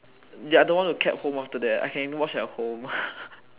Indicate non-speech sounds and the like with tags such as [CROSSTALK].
ya don't want to cab home after that I can watch at home [LAUGHS]